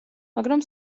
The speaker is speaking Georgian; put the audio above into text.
მაგრამ